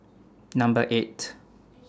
Number eight